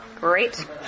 Great